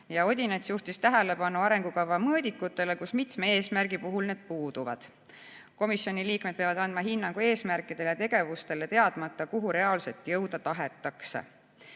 Odinets juhtis tähelepanu arengukava mõõdikutele ja ütles, et mitme eesmärgi puhul need puuduvad. Komisjoni liikmed peavad andma hinnangu eesmärkidele ja tegevustele, teadmata, kuhu reaalselt jõuda tahetakse.